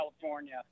California